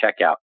checkout